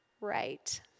right